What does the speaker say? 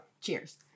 Cheers